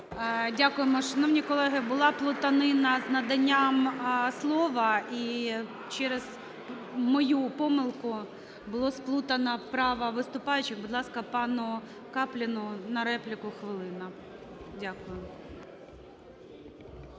Дякуємо. Шановні колеги, була плутанина з наданням слова, і через мою помилку було сплутано право виступаючих. Будь ласка, пану Капліну на репліку хвилина. Дякую.